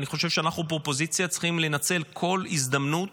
אני חושב שאנחנו כאופוזיציה צריכים לנצל כל הזדמנות